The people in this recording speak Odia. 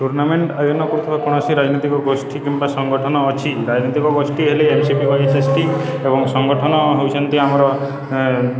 ଟୁର୍ଣ୍ଣାମେଣ୍ଟ ଅୟୋଜନ କରୁଥିବା କୌଣସି ରାଜନୈତିକ ଗୋଷ୍ଠୀ କିମ୍ବା ସଂଗଠନ ଅଛି ରାଜନୈତିକ ଗୋଷ୍ଠୀ ହେଲେ ଏମସିପି ଏବଂ ସଂଗଠନ ହେଉଛନ୍ତି ଆମର